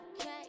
okay